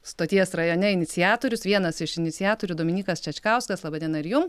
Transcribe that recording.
stoties rajone iniciatorius vienas iš iniciatorių dominykas čečkauskas laba diena ir jum